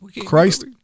Christ